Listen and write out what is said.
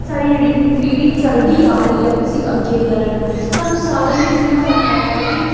साढ़ी जेह्ड़ी पीढ़ी चलदी आ दी ऐ उसी अग्गें करन सानूं सारें गी जि'यां पता ऐ कि